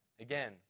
Again